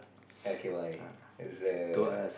okay why there's a